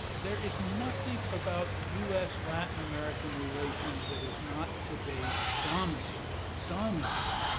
there is nothing about u s latin american relations that is not today dominated, dominated,